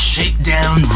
Shakedown